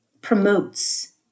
promotes